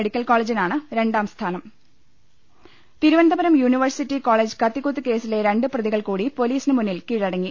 medical കോളേജിനാണ് രണ്ടാം സ്ഥാനം തിരുവനന്തപുരം യൂണിവേഴ്സിറ്റി കോളേജ് കത്തിക്കുത്ത് കേസിലെ രണ്ട് പ്രതികൾകൂടി പോലീസിന് മുന്നിൽ കീഴടങ്ങി